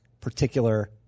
particular